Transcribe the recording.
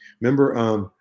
remember